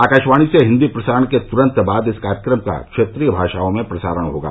आकाशवाणी से हिन्दी प्रसारण के तुरन्त बाद इस कार्यक्रम का क्षेत्रीय भाषाओं में प्रसारण होगा